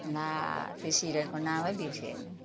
ला त्यो सिरियलको नामै बिर्से नि